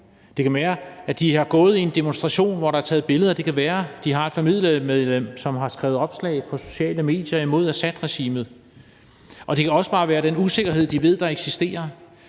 Det kan være, at de har gået ind i en demonstration, hvor der er taget billeder. Det kan være, at de har et familiemedlem, som har skrevet opslag på sociale medier imod Assadregimet, og det kan også bare være den usikkerhed, de ved der eksisterer,